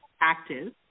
active